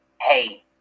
Hey